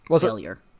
failure